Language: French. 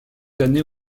années